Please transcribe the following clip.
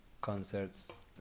concerts